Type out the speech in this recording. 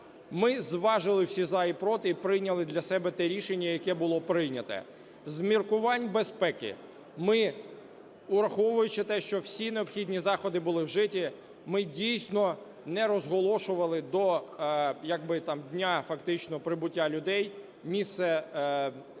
Ми зважили всі "за" і "проти" і прийняли для себе те рішення, яке було прийняте. З міркувань безпеки ми, ураховуючи те, що всі необхідні заходи були вжиті, ми дійсно не розголошували до як би там дня